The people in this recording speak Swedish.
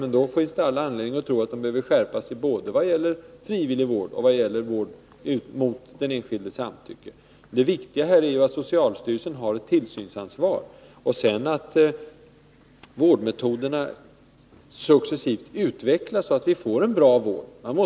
Men då finns all anledning att tro att de behöver skärpas både vad gäller frivillig vård och vad gäller vård utan den enskildes samtycke. Det viktiga här är att socialstyrelsen har ett tillsynsansvar och att vårdmetoderna successivt utvecklas, så att vi får en bra vård.